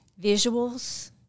visuals